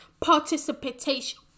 participation